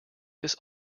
this